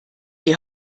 die